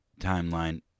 timeline